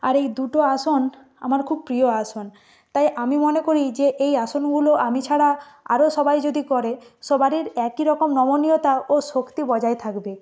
আর এই দুটো আসন আমার খুব প্রিয় আসন তাই আমি মনে করি যে এই আসনগুলো আমি ছাড়া আরো সবাই যদি করে সবারির একই রকম নমনীয়তা ও শক্তি বজায় থাকবে